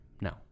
no